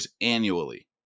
annually